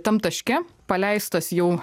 tam taške paleistos jau